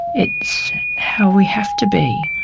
it's how we have to be.